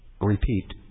repeat